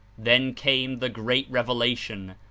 then came the great revelation,